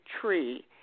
tree